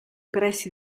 pressi